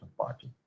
party